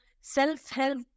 self-help